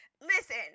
Listen